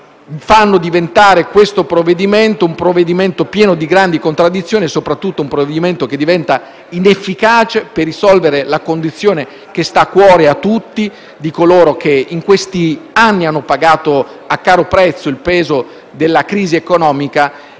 fanno di quello in esame provvedimento un provvedimento pieno di grandi contraddizioni e, soprattutto, un provvedimento che diventa inefficace per risolvere la condizione, che sta a cuore a tutti, di coloro che in questi anni hanno pagato a caro prezzo il peso della crisi economica